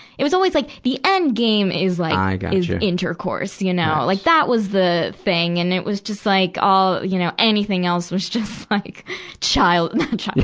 it was always like the end game is like, is yeah intercourse. you know like that was the thing. and it was just like all, you know, anything else was just like child, child,